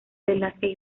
velázquez